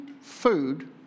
food